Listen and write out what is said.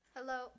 Hello